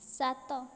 ସାତ